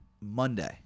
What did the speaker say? Monday